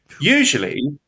usually